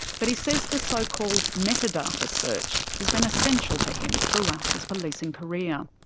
but he says the so-called metadata search has been essential to him throughout his policing career.